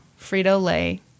Frito-Lay